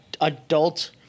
adult